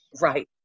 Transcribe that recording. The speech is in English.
right